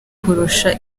kurusha